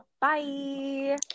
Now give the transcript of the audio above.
bye